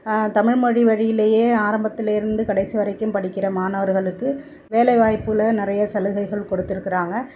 தமிழ்மொழி வழியிலேயே ஆரம்பத்திலேருந்து கடைசி வரைக்கும் படிக்கின்ற மாணவர்களுக்கு வேலைவாய்ப்பில் நிறைய சலுகைகள் கொடுத்துருக்குறாங்க